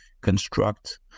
construct